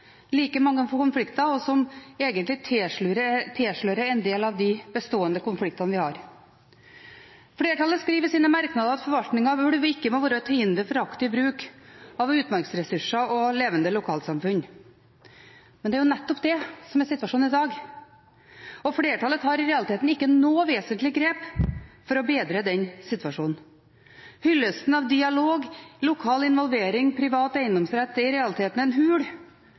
like mange konflikter, og som egentlig tilslører en del av de bestående konfliktene vi har. Flertallet skriver i sine merknader at «forvaltningen av ulv ikke må være til hinder for en aktiv bruk av utmarksressursene og levende lokalsamfunn». Men det er jo nettopp det som er situasjonen i dag, og flertallet tar i realiteten ikke noen vesentlige grep for å bedre den situasjonen. Hyllesten av dialog, lokal involvering og privat eiendomsrett er i realiteten en hul